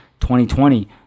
2020